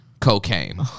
cocaine